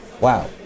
Wow